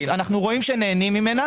אנחנו רואים שנהנים ממנה.